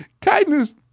Kindness